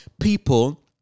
people